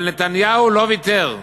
אבל נתניהו לא ויתר,